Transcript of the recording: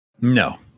No